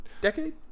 Decade